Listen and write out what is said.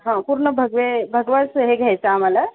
हां पूर्ण भगवे भगवंच हे घ्यायचं आम्हाला